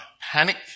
panic